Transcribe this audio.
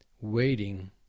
waiting